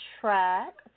track